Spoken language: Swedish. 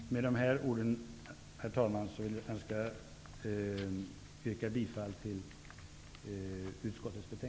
Med dessa ord, herr talman, önskar jag yrka bifall till hemställan i utskottets betänkande.